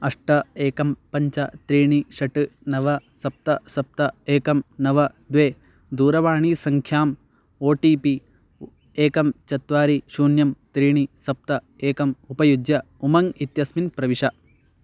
अष्ट एकं पञ्च त्रीणि षट् नव सप्त सप्त एकं नव द्वे दूरवाणीसङ्ख्याम् ओ टि पि एकं चत्वारि शून्यं त्रीणि सप्त एकम् उपयुज्य उमङ्ग् इत्यस्मिन् प्रविश